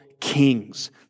kings